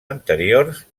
anteriors